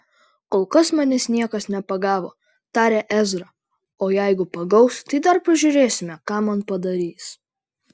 kol kas manęs niekas nepagavo tarė ezra o jeigu pagaus tai dar pažiūrėsime ką man padarys